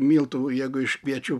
miltų jeigu iš kviečių